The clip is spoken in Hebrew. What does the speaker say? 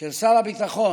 של שר הביטחון,